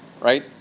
right